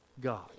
God